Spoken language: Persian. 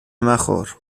مخور